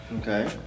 Okay